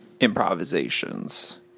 improvisations